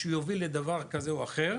שיוביל לדבר כזה או אחר?